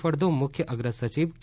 ફળદુ મુખ્ય અગ્ર સચિવ કે